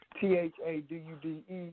T-H-A-D-U-D-E